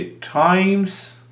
times